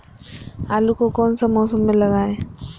आलू को कौन सा मौसम में लगाए?